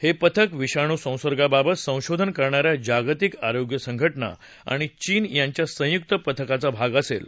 हे पथक विषाणू संसर्गाबाबत संशोधन करणा या जागतिक आरोग्य संघटना आणि चीन यांच्या संयुक्त पथकाचा भाग असेल